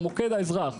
במוקד האזרח.